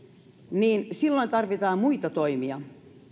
niin silloin tarvitaan muita toimia